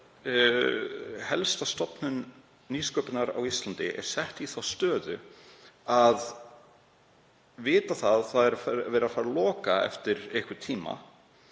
helsta stofnun nýsköpunar á Íslandi er sett í þá stöðu að vita að það er verið að fara að loka eftir einhvern tíma